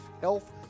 health